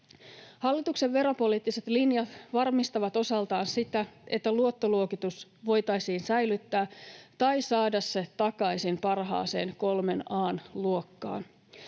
Hallituksen veropoliittiset linjat varmistavat osaltaan sitä, että luottoluokitus voitaisiin säilyttää tai saada se takaisin parhaaseen kolmen